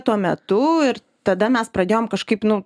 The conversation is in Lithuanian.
tuo metu ir tada mes pradėjom kažkaip nu